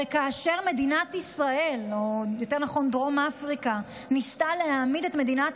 הרי כאשר דרום אפריקה ניסתה להעמיד את מדינת